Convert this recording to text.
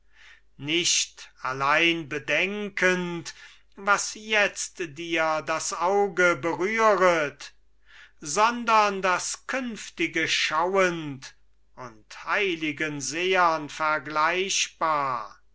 nicht allein bedenkend was jetzt dir das auge berühret sondern das künftige schauend und heiligen sehern vergleichbar